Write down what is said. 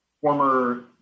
former